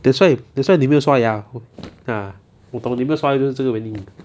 that's why that's why 你没有刷牙 ah 我懂你没有刷牙就是这个原因